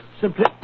Simply